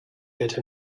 get